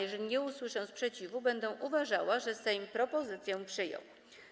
Jeżeli nie usłyszę sprzeciwu, będę uważała, że Sejm propozycję przyjął.